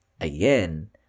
again